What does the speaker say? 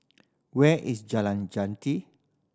where is Jalan Jati